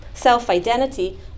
self-identity